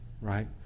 right